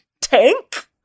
tank